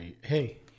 hey